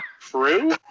True